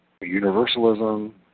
universalism